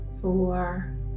four